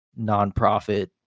nonprofit